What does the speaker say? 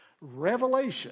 revelation